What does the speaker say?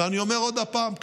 ואני אומר עוד פעם כאן: